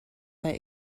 they